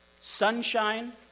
sunshine